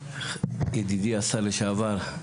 ידידי, השר לשעבר,